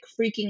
freaking